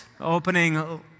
opening